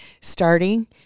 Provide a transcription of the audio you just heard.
starting